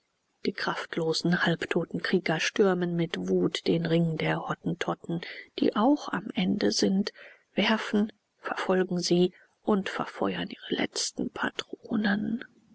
die kraftlosen halbtoten krieger stürmen mit wut den ring der hottentotten die auch am ende sind werfen verfolgen sie und verfeuern ihre letzten patronen